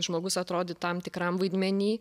žmogus atrodyt tam tikram vaidmeny